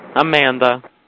Amanda